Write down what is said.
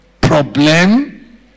problem